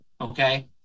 Okay